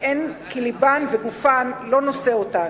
כי לבן וגופן לא נושאים אותן.